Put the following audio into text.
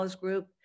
group